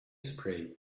spray